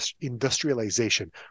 industrialization